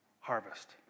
harvest